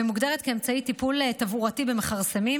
והן מוגדרות כאמצעי טיפול תברואתי במכרסמים.